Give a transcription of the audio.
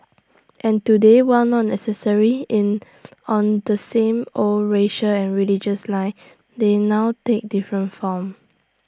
and today while not necessarily in on the same old racial and religious lines they now take different forms